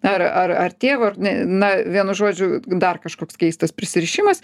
ar ar ar tėvu ne na vienu žodžiu dar kažkoks keistas prisirišimas